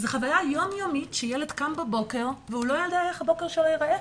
זו חוויה יום יומית שילד קם בבוקר והוא לא יודע איך הבוקר שלו ייראה,